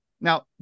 Now